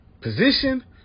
position